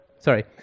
Sorry